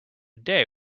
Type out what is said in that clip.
day